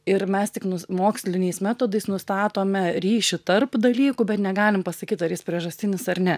ir mes tik moksliniais metodais nustatome ryšį tarp dalykų bet negalim pasakyt ar jis priežastinis ar ne